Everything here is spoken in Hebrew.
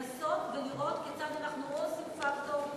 לנסות ולראות כיצד אנחנו, או עושים פקטור,